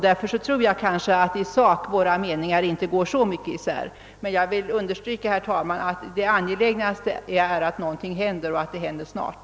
Därför tror jag att våra meningar i sak inte skiljer sig så mycket, men jag vill, herr talman, understryka, att det mest angelägna är att det händer någonting och att det händer snabbt.